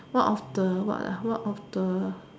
one of the what ah one of the